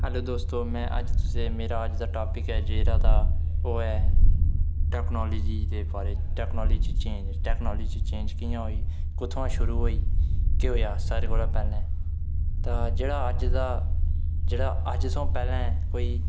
hello दोस्तो में अज्ज तुसेंईं मेरा अज्ज दा टाॅपिक ऐ जे इरादा ओह् ऐ टेक्नोलॉज़ी दे बारे च टेक्नोलॉजी च चेंज टेक्नोलॉजी च चेंज़ कि'यां होई कुत्थां शुरू होई केह् होआ सारें कोला पैह्लें तां जेह्ड़ा अज्ज दा जेह्ड़ा अज्ज थमां पैह्लें कोई